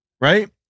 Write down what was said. right